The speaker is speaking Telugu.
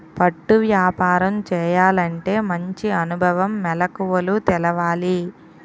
పట్టు వ్యాపారం చేయాలంటే మంచి అనుభవం, మెలకువలు తెలవాలి